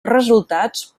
resultats